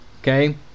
Okay